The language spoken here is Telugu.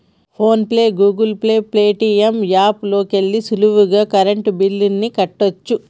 phone pay, Google Pay, Paytm app లోకెల్లి సులువుగా కరెంటు బిల్లుల్ని కట్టచ్చు